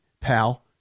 pal